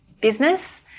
business